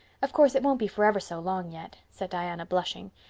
of course, it won't be for ever so long yet, said diana, blushing.